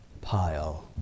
pile